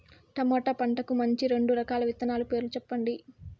tomato పంటకు మంచి రెండు రకాల విత్తనాల పేర్లు సెప్పండి